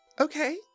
Okay